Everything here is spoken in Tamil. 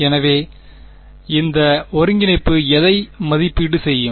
எனவே இந்த ஒருங்கிணைப்பு எதை மதிப்பீடு செய்யும்